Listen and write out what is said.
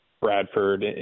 Bradford